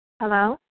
Hello